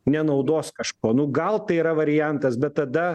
nenaudos kažko nu gal tai yra variantas bet tada